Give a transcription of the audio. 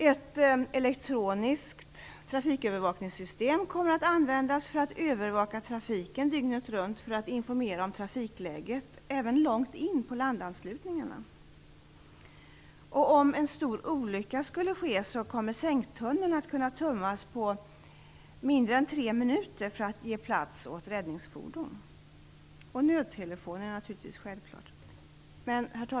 Ett elektroniskt trafikövervakningssystem kommer att användas för att övervaka trafiken dygnet runt för att informera om trafikläget, även långt in på landanslutningarna. Om en stor olycka skulle ske, kommer sänktunneln att kunna tömmas på mindre än tre minuter för att ge plats åt räddningsfordon. Nödtelefoner är en självklarhet.